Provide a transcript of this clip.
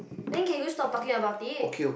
then can you stop talking about it